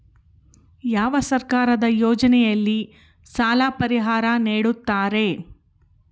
ಯಾವ ಸರ್ಕಾರದ ಯೋಜನೆಯಲ್ಲಿ ಸಾಲ ಪರಿಹಾರ ನೇಡುತ್ತಾರೆ?